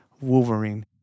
Wolverine